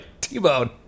T-Bone